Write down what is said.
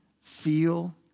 feel